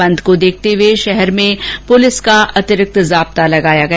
बंद को देखते हुए शहर में पुलिस का अतिरिक्त जाप्ता लगाया गया